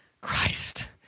Christ